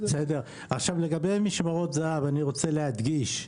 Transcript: לגבי משמרות זה"ב אני רוצה להדגיש,